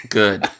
good